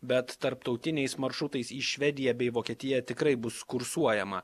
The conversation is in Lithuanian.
bet tarptautiniais maršrutais į švediją bei vokietiją tikrai bus kursuojama